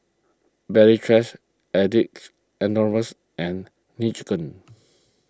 Valley Chef Addicts Anonymous and Nene Chicken